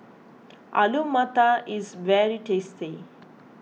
Alu Matar is very tasty